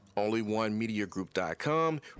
onlyonemediagroup.com